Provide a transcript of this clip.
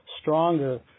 stronger